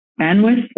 bandwidth